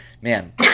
man